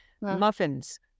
Muffins